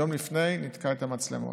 יום לפני ניתקה את המצלמות.